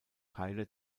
teile